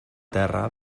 terra